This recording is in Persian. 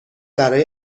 برای